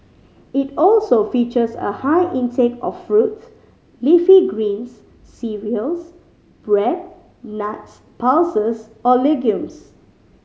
it also features a high intake of fruit leafy greens cereals bread nuts pulses or legumes